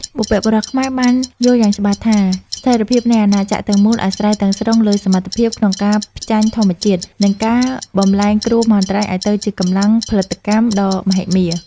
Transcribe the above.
បុព្វបុរសខ្មែរបានយល់យ៉ាងច្បាស់ថា ស្ថិរភាពនៃអាណាចក្រទាំងមូលអាស្រ័យទាំងស្រុងលើសមត្ថភាពក្នុងការផ្ចាញ់ធម្មជាតិ និងការបំប្លែងគ្រោះមហន្តរាយឱ្យទៅជាកម្លាំងផលិតកម្មដ៏មហិមា។